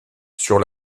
sur